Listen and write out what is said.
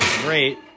great